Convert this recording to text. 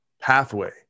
pathway